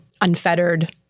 unfettered